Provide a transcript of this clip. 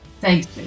thanks